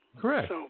Correct